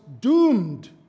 doomed